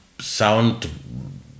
sound